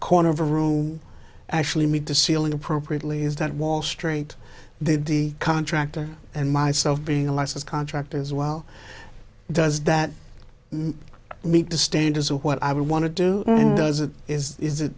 corner of the room actually meet the ceiling appropriately is that wall street the contractor and myself being a licensed contractor as well does that meet the standards of what i would want to do